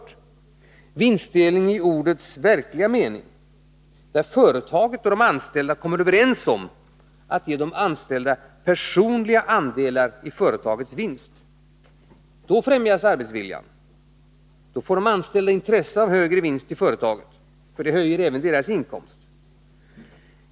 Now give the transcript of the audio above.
Det är vinstdelning i ordets verkliga mening, där företaget och företagets anställda kommer överens om att ge de anställda personliga andelar i företagets vinst. Då främjas arbetsviljan. De anställda får intresse av en högre vinst i företaget, för det höjer även deras inkomst.